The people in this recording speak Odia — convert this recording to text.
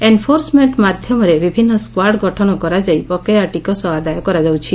ଏନ୍ଫୋର୍ସମେକ୍କ ମାଧ୍ଧମରେ ବିଭିନ୍ନ ସ୍କାର୍ଡ ଗଠନ କରାଯାଇ ବକେୟା ଟିକସ ଆଦାୟ କରାଯାଉଛି